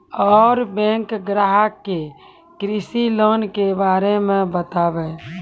और बैंक ग्राहक के कृषि लोन के बारे मे बातेबे?